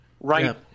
right